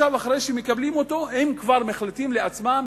ואחרי שמקבלים אותו הם כבר מחליטים לעצמם